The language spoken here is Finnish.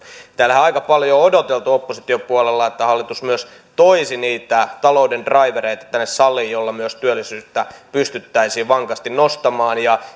täällähän on aika paljon jo odoteltu opposition puolella että hallitus myös toisi niitä talouden draivereita tänne saliin joilla myös työllisyyttä pystyttäisiin vankasti nostamaan